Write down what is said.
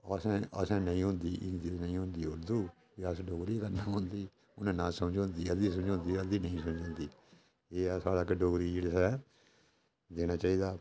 असें असें नेईं होंदी हिंदी ते नेईं होंदी उर्दू ते अस डोगरी च गै करने पौंदी उ'नें ना समझोंदी अद्धी समझोंदी ते अद्धी नेईं समझोंदी एह् ऐ साढ़ा डोगरी जेह्ड़ी ऐ देना चाहिदा